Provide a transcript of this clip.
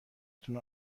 تون